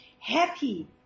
Happy